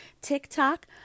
TikTok